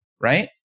Right